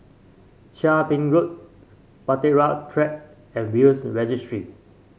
Chia Ping Road Bahtera Track and Will's Registry